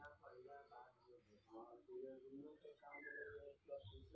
ललकी मिरचाइक खेती सब तरहक माटि मे होइ छै, मुदा करिया माटि बेसी बढ़िया